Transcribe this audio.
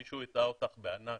מישהו הטעה אותך בענק.